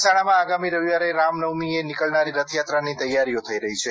મહેસાણામાં આગામી રવિવારે રામનવમીએ નીકળનારી રથયાત્રાની તૈયારીઓ થઇ રહી છે